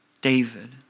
David